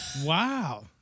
Wow